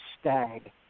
stag